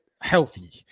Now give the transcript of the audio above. healthy